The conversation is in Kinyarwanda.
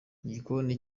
igikoni